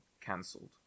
cancelled